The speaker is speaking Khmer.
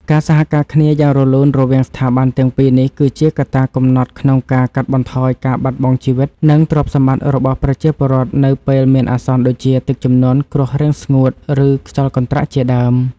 ការសហការគ្នាយ៉ាងរលូនរវាងស្ថាប័នទាំងពីរនេះ គឺជាកត្តាកំណត់ក្នុងការកាត់បន្ថយការបាត់បង់ជីវិត និងទ្រព្យសម្បត្តិរបស់ប្រជាពលរដ្ឋនៅពេលមានអាសន្នដូចជា ទឹកជំនន់ គ្រោះរាំងស្ងួត ឬខ្យល់កន្ត្រាក់ជាដើម។